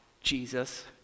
Jesus